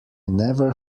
never